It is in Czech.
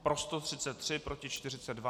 Pro 133, proti 42.